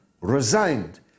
resigned